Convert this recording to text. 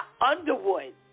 Underwood